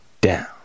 down